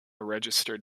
registered